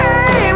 Hey